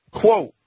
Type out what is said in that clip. Quote